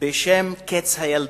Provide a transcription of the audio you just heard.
בשם קץ הילדות.